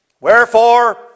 Wherefore